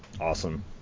Awesome